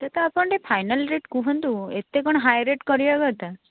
ଏତ ଆପଣ ଟିକିଏ ଫାଇନାଲ୍ ରେଟ୍ କୁହନ୍ତୁ ଏତେ କ'ଣ ହାଇ ରେଟ୍ କରିବା କଥା